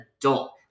adult